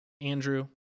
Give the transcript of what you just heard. Andrew